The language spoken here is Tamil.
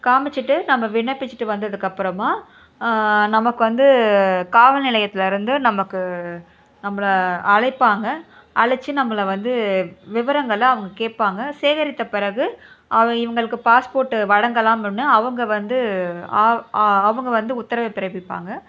காமிச்சிகிட்டு நம்ம விண்ணப்பிச்சிட்டு வந்ததுக்கப்பறமாக நமக்கு வந்து காவல் நிலையத்தில் இருந்து நமக்கு நம்மளை அழைப்பாங்க அழைச்சி நம்மளை வந்து விவரங்களை அவங்க கேட்பாங்க சேகரித்த பிறகு அவை இவங்களுக்கு பாஸ்போர்ட்டு வழங்கலாம் அப்படின்னு அவங்க வந்து அவங்க வந்து உத்தரவை பிறப்பிப்பாங்கள்